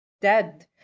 dead